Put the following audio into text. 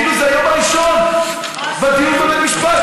כאילו זה היום הראשון בדיון בבית משפט.